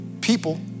people